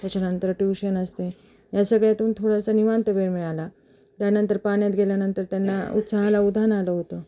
त्याच्यानंतर ट्यूशन असतं आहे या सगळ्यातून थोडासा निवांत वेळ मिळाला त्यानंतर पाण्यात गेल्यानंतर त्यांना उत्साहाला उधाण आलं होतं